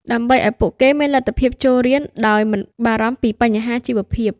ដើម្បីឱ្យពួកគេមានលទ្ធភាពចូលរៀនដោយមិនបារម្ភពីបញ្ហាជីវភាព។